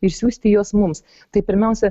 išsiųsti juos mums tai pirmiausia